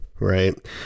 Right